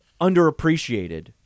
underappreciated